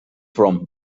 from